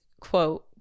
quote